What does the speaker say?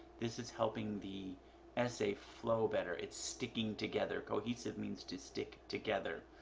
this is helping the essay flow better it's sticking together. cohesive means to stick together.